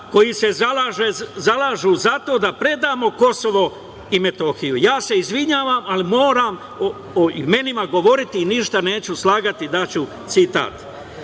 koji se zalažu za to da predamo Kosovo i Metohiju. Ja se izvinjavam, ali moram o imenima govoriti i ništa neću slagati, daću citat,